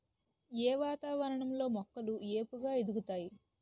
ఏ వాతావరణం లో మొక్కలు ఏపుగ ఎదుగుతాయి?